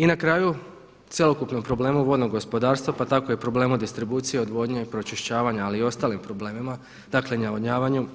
I na kraju cjelokupnom problemu vodnog gospodarstva pa tako i problemu distribucije odvodnje i pročišćavanja ali i ostalim problemima dakle navodnjavanju,